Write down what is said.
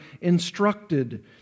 instructed